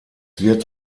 wird